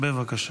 בבקשה.